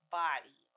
body